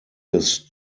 his